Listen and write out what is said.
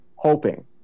hoping